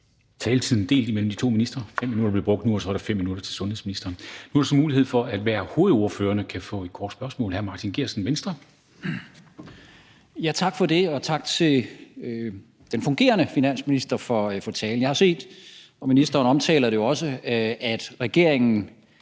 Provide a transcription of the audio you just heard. Taletiden er delt imellem de to ministre. Der er blevet brugt 5 minutter nu, og så er der 5 minutter til sundhedsministeren. Men nu er der så mulighed for, at hver af hovedordførerne kan få en kort bemærkning. Hr. Martin Geertsen, Venstre. Kl. 13:10 Martin Geertsen (V): Tak for det. Og tak til den fungerende finansminister for talen. Jeg har set, og ministeren omtaler det jo også, at regeringen